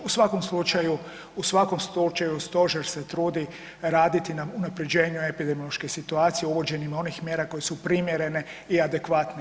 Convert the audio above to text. U svakom slučaju, u svakom slučaju stožer se trudi raditi na unapređenju epidemiološke situacije uvođenjem onih mjera koje su primjerene i adekvatne.